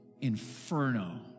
inferno